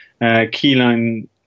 keyline